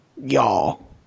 y'all